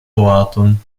boaton